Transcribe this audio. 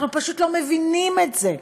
אנחנו פשוט לא מבינים את זה,